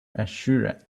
assurance